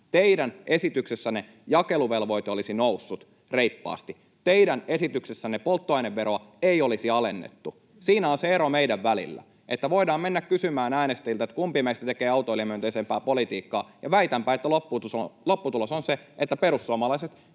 Teidän esityksessänne jakeluvelvoite olisi noussut reippaasti. Teidän esityksessänne polttoaineveroa ei olisi alennettu. Siinä on se ero meidän välillä. Voidaan mennä kysymään äänestäjiltä, kumpi meistä tekee autoilijamyönteisempää politiikkaa, ja väitänpä, että lopputulos on se, että perussuomalaiset